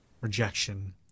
rejection